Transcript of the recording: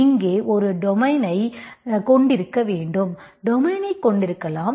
இங்கே ஒரு டொமைனைக் கொண்டிருக்க வேண்டும் டொமைனை கொண்டிருக்கலாம்